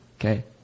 okay